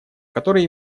который